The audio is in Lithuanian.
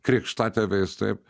krikštatėviais taip